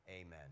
Amen